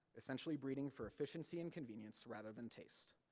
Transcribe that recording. essentially breeding for efficiency and convenience rather than taste.